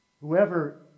Whoever